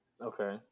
Okay